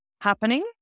happening